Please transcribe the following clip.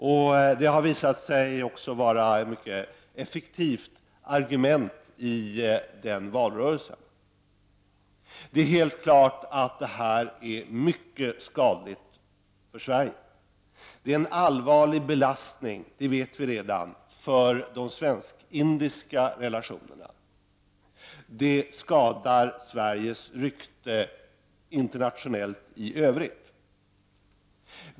Det har också visat sig vara ett mycket effektivt argument i den indiska valrörelsen. Det är helt klart att denna affär är mycket skadlig för Sverige. Och vi vet redan att den är en allvarlig belastning för de svensk-indiska relationerna, och den skadar Sveriges rykte internationellt i övrigt.